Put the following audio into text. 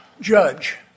judge